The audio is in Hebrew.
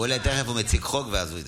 חכה לשמוע תשובה.